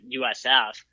USF